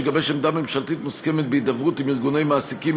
שיגבש עמדה ממשלתית מוסכמת בהידברות עם ארגוני מעסיקים,